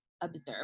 Observe